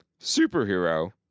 superhero